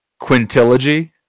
Quintilogy